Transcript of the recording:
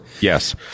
Yes